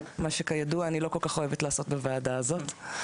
מה שכידוע אני לא כל כך אוהבת לעשות בוועדה הזו,